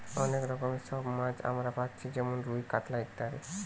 অনেক রকমের সব মাছ আমরা পাচ্ছি যেমন রুই, কাতলা ইত্যাদি